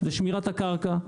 זה שמירת הקרקע,